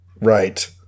Right